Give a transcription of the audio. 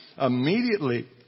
immediately